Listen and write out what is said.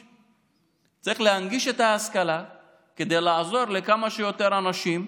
צריך להנגיש את ההשכלה כדי לעזור לכמה שיותר אנשים,